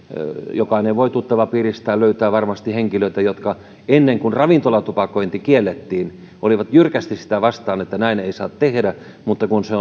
jokainen voi varmasti tuttavapiiristään löytää henkilöitä jotka ennen kuin ravintolatupakointi kiellettiin olivat jyrkästi kieltoa vastaan että näin ei saa tehdä mutta kun se